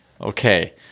Okay